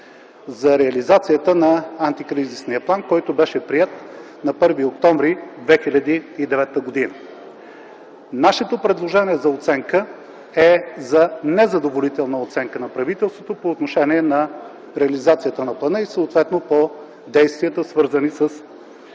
за реализацията на антикризисния план, който беше приет на 1 октомври 2009 г. Нашето предложение е за незадоволителна оценка на правителството по отношение на реализацията на плана и съответно по действията, свързани с влиянието на